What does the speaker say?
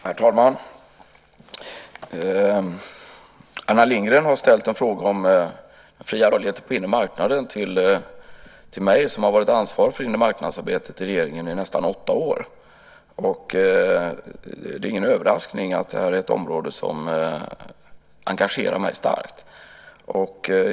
Herr talman! Anna Lindgren har ställt en fråga om den fria rörligheten på den inre marknaden till mig som i nästan åtta år varit ansvarig för inremarknadsarbetet i regeringen. Det är ingen överraskning att det här är ett område som engagerar mig starkt.